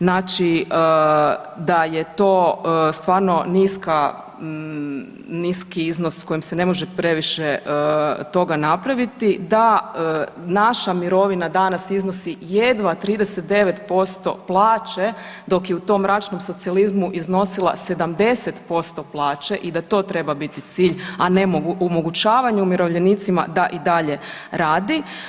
Znači da je to stvarno niska, niski iznos s kojim se ne može previše toga napraviti, da naša mirovina danas iznosi jedva 39% plaće dok je u tom mračnom socijalizmu iznosila 70% plaće i da to treba biti cilj, a ne omogućavanje umirovljenicima da i dalje radi.